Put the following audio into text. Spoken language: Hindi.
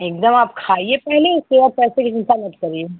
एक दम आप खाइए पहले केवल पैसे कि चिंता मत करिए